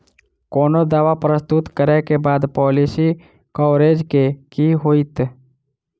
कोनो दावा प्रस्तुत करै केँ बाद पॉलिसी कवरेज केँ की होइत?